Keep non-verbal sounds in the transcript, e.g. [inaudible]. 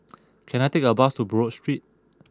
[noise] can I take a bus to Buroh Street